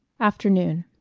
afternoon